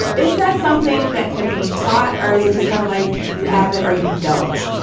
is that something that can be taught or is it just kind of like you have it? are you don't